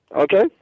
Okay